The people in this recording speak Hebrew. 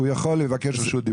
הוא יכול לבקש רשות דיבור.